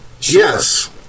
Yes